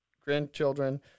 grandchildren